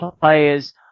players